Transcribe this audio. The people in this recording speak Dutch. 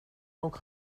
ook